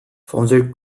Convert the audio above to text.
founder